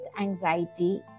anxiety